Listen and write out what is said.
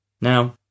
Now